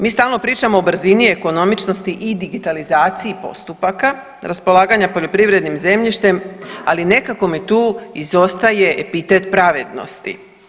Mi stalno pričamo o brzini ekonomičnosti i digitalizaciji postupaka raspolaganja poljoprivrednim zemljištem, ali nekako mi tu izostaje epitet pravednosti.